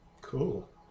cool